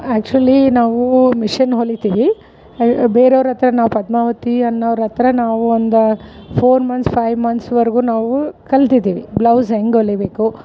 actually ನಾವು machine ಹೊಲಿತೀವಿ ಬೇರೆಯೋರ ಹತ್ತಿರ ನಾವು ಪದ್ಮಾವತಿ ಅನ್ನೋರ ಹತ್ತಿರ ನಾವು ಒಂದು ಫೋರ್ ಮಂತ್ಸ್ ಫೈವ್ ಮಂತ್ಸ್ ವರೆಗು ನಾವು ಕಲ್ತಿದ್ದೀವಿ ಬ್ಲೌಸ್ ಹೆಂಗೆ ಹೊಲಿಬೇಕು